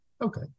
okay